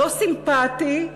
לא סימפתי,